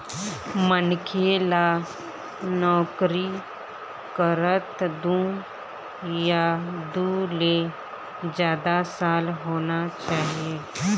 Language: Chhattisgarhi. मनखे ल नउकरी करत दू या दू ले जादा साल होना चाही